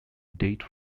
date